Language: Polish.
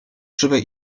żywej